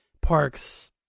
Parks